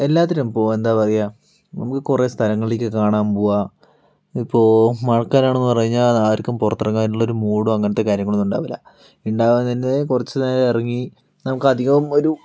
എല്ലാത്തിനും പോകും എന്താ പറയുക നമ്മള് കുറെ സ്ഥലങ്ങളിലേക്ക് കാണാൻ പോവുക ഇപ്പോൾ മഴക്കാലമാണെന്ന് പറഞ്ഞാൽ ആർക്കും പുറത്തിറങ്ങാനുള്ള ഒരു മൂഡോ അങ്ങനത്തെ കാര്യങ്ങളൊന്നും ഉണ്ടാവൂല്ല ഉണ്ടാവാത്തതിൻ്റെ കുറച്ച് നേരം ഇറങ്ങി നമുക്ക് അധികം ഒരു